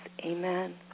Amen